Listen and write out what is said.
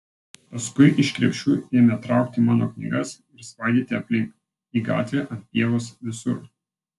paskui iš krepšių ėmė traukti mano knygas ir svaidyti aplink į gatvę ant pievos visur